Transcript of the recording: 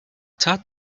taught